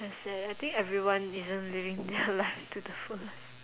that's sad eh I think everyone isn't living their life to the fullest